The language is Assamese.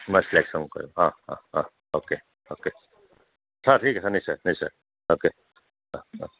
মই চিলেকশ্বন কৰিম অঁ অঁ অঁ অ'কে অ'কে ছ ঠিক আছে নিশ্চয় নিশ্চয় অ'কে অঁ অঁ